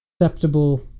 acceptable